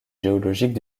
géologiques